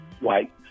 white